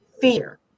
fear